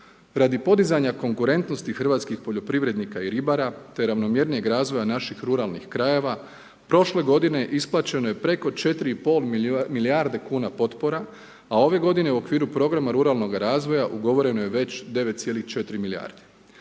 Radi podizanja konkurentnosti hrvatskih poljoprivrednika i ribara te ravnomjernijeg razvoja naših ruralnih krajeva prošle godine isplaćeno je preko 4 i pol milijarde kuna potpora, a ove godine u okviru programa ruralnoga razvoja ugovoreno je već 9,4 milijardi.